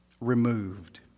removed